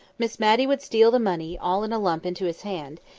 miss matty would steal the money all in a lump into his hand,